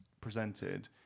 presented